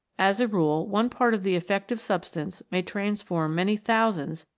as a rule one part of the effective substance may transform many thousands,